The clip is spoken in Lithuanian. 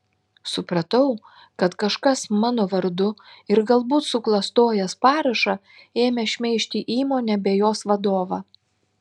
supratau kad kažkas mano vardu ir galbūt suklastojęs parašą ėmė šmeižti įmonę bei jos vadovą